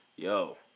Yo